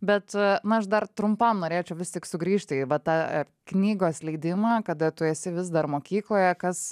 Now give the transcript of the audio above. bet na aš dar trumpam norėčiau vis tik sugrįžti į va ta ar knygos leidimą kada tu esi vis dar mokykloje kas